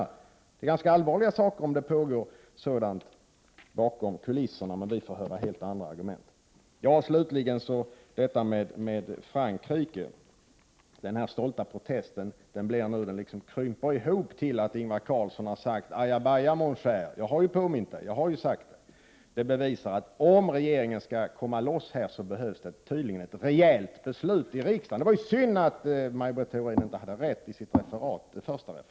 Det är ganska allvarliga saker om det pågår sådant bakom kulisserna men vi får höra helt andra argument. Slutligen detta med Frankrike. Den stolta protesten krymper till att Ingvar Carlsson har sagt: Aja baja, mon cher, jag har ju påmint dig! Det bevisar att om regeringen skall komma loss här, behövs det tydligen ett rejält beslut i riksdagen. Det var ju synd att Maj Britt Theorin inte hade rätt i det första referatet.